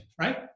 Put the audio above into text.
right